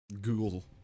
Google